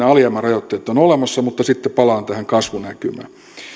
alijäämärajoitteet ovat olemassa sitten palaan tähän kasvunäkymään